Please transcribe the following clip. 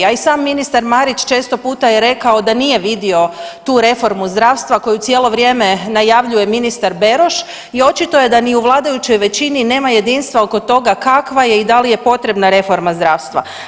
A i sam ministar Marić često puta je rekao da nije vidio tu reformu zdravstva koju cijelo vrijeme najavljuje ministar Beroš i očito je da ni u vladajućoj većini nema jedinstva oko toga kakva je i da li je potrebna reforma zdravstva.